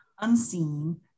unseen